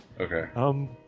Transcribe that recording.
Okay